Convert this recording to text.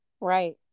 Right